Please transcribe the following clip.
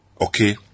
Okay